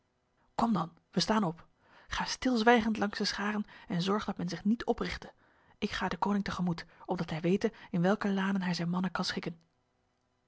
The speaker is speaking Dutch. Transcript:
kom dan wij staan op ga stilzwijgend langs de scharen en zorg dat men zich niet oprichte ik ga deconinck tegemoet opdat hij wete in welke lanen hij zijn mannen kan schikken